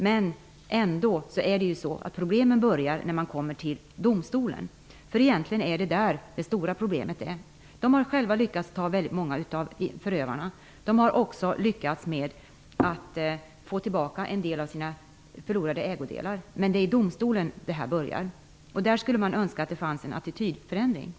Men problemen börjar på nytt när man kommer till domstolen; det är egentligen där det stora problemet ligger. Det här paret har själva lyckats ta väldigt många av förövarna. De har också lyckat med att få tillbaka en del av sina förlorade ägodelar. Men problemen börjar alltså i domstolen. Man skulle önska sig en attitydförändring där.